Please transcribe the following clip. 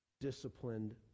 disciplined